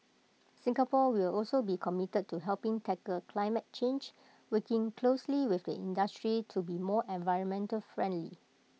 Singapore will also be committed to helping tackle climate change working closely with the industry to be more environmentally friendly